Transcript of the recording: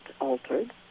altered